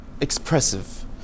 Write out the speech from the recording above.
expressive